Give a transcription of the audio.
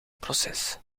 proces